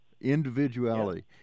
Individuality